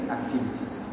Activities